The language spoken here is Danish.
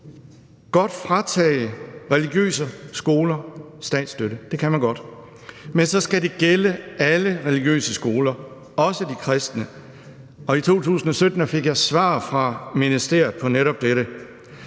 godt fratage religiøse skoler statsstøtte, det kan man godt, men så skal det gælde alle religiøse skoler, også de kristne. Og i 2017 fik jeg svar fra ministeriet på netop dette.